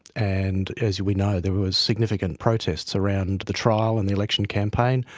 and as we know, there were significant protests around the trial and the election campaign,